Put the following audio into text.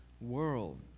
world